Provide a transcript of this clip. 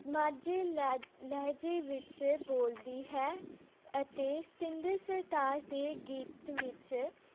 ਮਾਝੇ ਲੈ ਲਹਿਜੇ ਵਿੱਚ ਬੋਲਦੀ ਹੈ ਅਤੇ ਸਤਿੰਦਰ ਸਰਤਾਜ ਦੇ ਗੀਤ ਵਿੱਚ